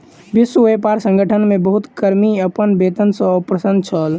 विश्व व्यापार संगठन मे बहुत कर्मी अपन वेतन सॅ अप्रसन्न छल